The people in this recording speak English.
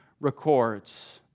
records